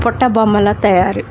పుట్ట బొమ్మల తయారు